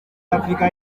afurika